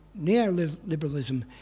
neoliberalism